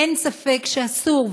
אין ספק שאסור,